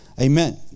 Amen